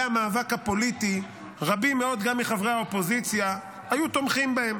המאבק הפוליטי גם רבים מאוד מחברי האופוזיציה היו תומכים בהן.